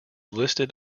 listed